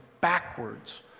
backwards